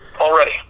Already